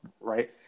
right